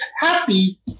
happy